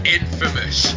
infamous